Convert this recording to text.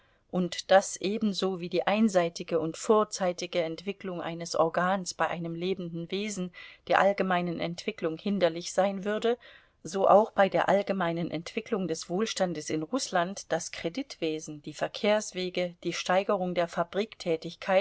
und daß ebenso wie die einseitige und vorzeitige entwicklung eines organs bei einem lebenden wesen der allgemeinen entwicklung hinderlich sein würde so auch bei der allgemeinen entwicklung des wohlstandes in rußland das kreditwesen die verkehrswege die steigerung der